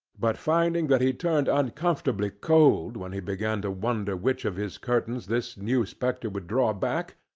but finding that he turned uncomfortably cold when he began to wonder which of his curtains this new spectre would draw back,